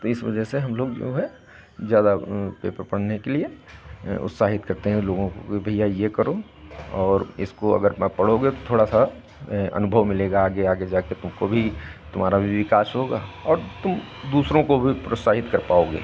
तो इस वजह से हम लोग जो है ज़्यादा पेपर पढ़ने के लिए उत्साहित करते हैं लोगों को कि भैया ये करो और इसको अगर प् पढ़ोगे तो थोड़ा सा अनुभव मिलेगा आगे आगे जाके तुमको भी तुम्हारा भी विकास होगा और तुम दूसरों को भी प्रोत्साहित कर पाओगे